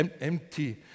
empty